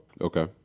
Okay